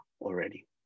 already